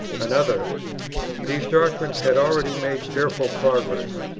another these doctrines had already made fearful progress.